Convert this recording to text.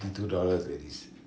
I think two dollars already